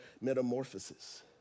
metamorphosis